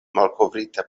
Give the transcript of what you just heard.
malkovrita